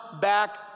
back